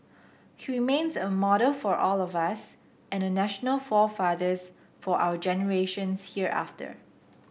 he remains a model for all of us and a national forefather for our generations hereafter